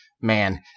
man